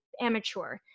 amateur